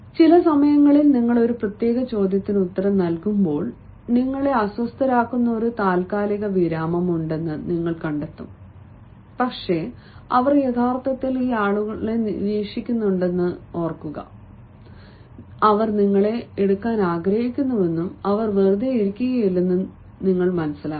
ചില സമയങ്ങളിൽ നിങ്ങൾ ഒരു പ്രത്യേക ചോദ്യത്തിന് ഉത്തരം നൽകുമ്പോൾ നിങ്ങളെ അസ്വസ്ഥരാക്കുന്ന ഒരു താൽക്കാലിക വിരാമമുണ്ടെന്ന് നിങ്ങൾ കണ്ടെത്തും പക്ഷേ അവർ യഥാർത്ഥത്തിൽ ഈ ആളുകളെ നിരീക്ഷിക്കുന്നുണ്ടെന്ന് ഓർക്കുക അവർ നിങ്ങളെ എടുക്കാൻ ആഗ്രഹിക്കുന്നുവെന്നും അവർ വെറുതെ ഇരിക്കുകയല്ലെന്നും നിങ്ങളെ ഇല്ലാതാക്കാൻ